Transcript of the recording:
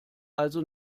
also